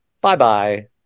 Bye-bye